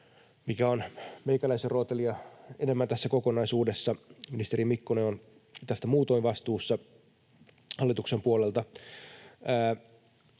mikä on meikäläisen rootelia enemmän tässä kokonaisuudessa, ministeri Mikkonen on tästä muutoin vastuussa hallituksen puolelta